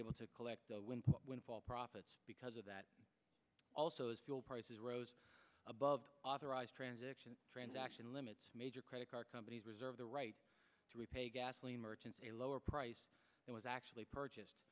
able to collect the windfall profits because of that also as fuel prices rose above authorized transaction transaction limits major credit card companies reserve the right to repay gasoline merchants a lower price that was actually purchased